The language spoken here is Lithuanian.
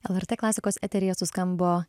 lrt klasikos eteryje suskambo